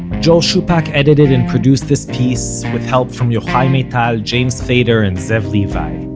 joel shupack edited and produced this piece, with help from yochai maital, james feder and zev levi.